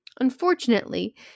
Unfortunately